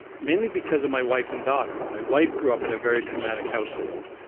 mainly because of my wife and daughter. my wife grew up in a very traumatic household,